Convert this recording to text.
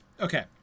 okay